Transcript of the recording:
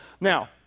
Now